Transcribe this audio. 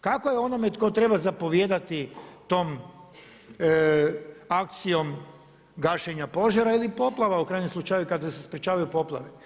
Kako je onome tko treba zapovijedati tom akcijom gašenja požara ili poplava u krajnjem slučaju kada se sprječavaju poplave.